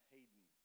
Hayden